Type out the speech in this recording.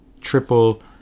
triple